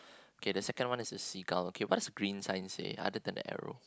okay the second one is the seagull okay what's green sign say other than the arrow